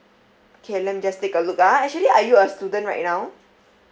okay let me just take a look ah actually are you a student right now